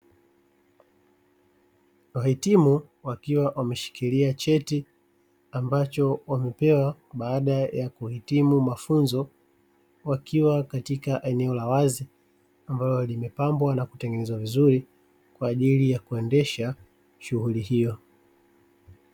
Wahitimu wakiwa wameshikilia cheti ambacho wamepewa baada ya kuhitimu mafunzo, wakiwa katika eneo la wazi ambalo limepambwa na kutengenezwa vizuri kwa ajili ya kuendesha shughuli hiyo.